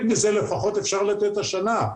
לפחות חלק מזה אפשר לתת השנה.